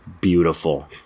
beautiful